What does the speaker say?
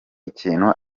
ikintu